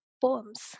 poems